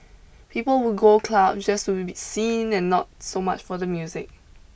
people would go clubs just to be seen and not so much for the music